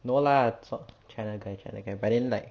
no lah 中 china guy china guy but then like